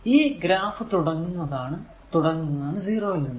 ഈ ഗ്രാഫ് തുടങ്ങുതാണ് 0 യിൽ നിന്നാണ്